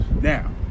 Now